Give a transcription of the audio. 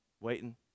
waiting